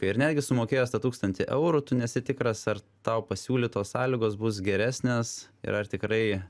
ir netgi sumokėjęs tą tūkstantį eurų tu nesi tikras ar tau pasiūlytos sąlygos bus geresnės ir ar tikrai